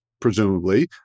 presumably